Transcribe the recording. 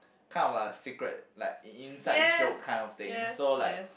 kind of like a secret like in inside joke kind of thing so like